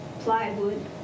plywood